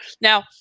now